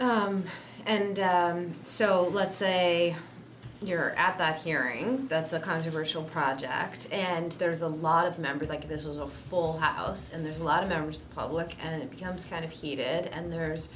t and so let's say you're at that hearing that's a controversial project and there's a lot of members like this is a full house and there's a lot of members public and it becomes kind of heated and